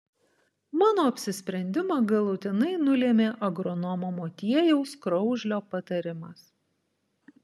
mano apsisprendimą galutinai nulėmė agronomo motiejaus kraužlio patarimas